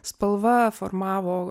spalva formavo